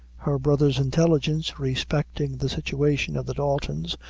her brother's intelligence respecting the situation of the daltons,